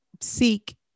seek